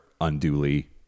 unduly